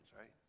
right